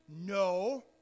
no